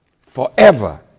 forever